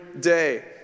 day